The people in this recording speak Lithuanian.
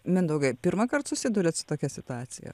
mindaugai pirmąkart susiduriat su tokia situacija